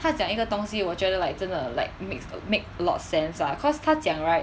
他讲一个东西我觉得 like 真的 like makes make a lot sense lah cause 他讲 right